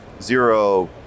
zero